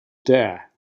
dare